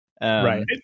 right